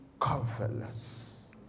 comfortless